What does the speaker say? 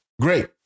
Great